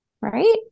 right